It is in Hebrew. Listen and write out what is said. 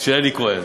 של אלי כהן.